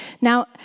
Now